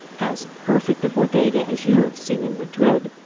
as perfect a bodega as you have seen in madrid.